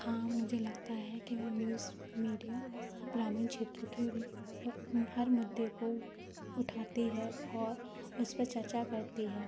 हाँ मुझे लगता है कि न्यूज़ मीडिया ग्रामीण क्षेत्रों के हर मुद्दे को उठाती है और उसपे चर्चा करती है